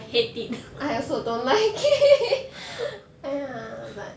I hate it